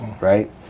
right